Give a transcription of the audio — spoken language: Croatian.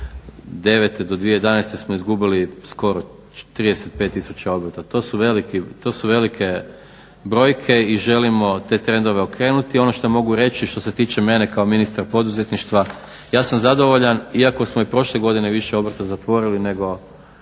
2009.do 2011.smo izgubili skoro 35 tisuća obrta. To su velike brojke i želimo te trendove okrenuti. Ono što mogu reći što se tiče mene kao ministra poduzetništva ja sam zadovoljan iako smo prošle godine više obrta zatvorili nego